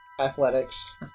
athletics